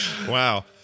Wow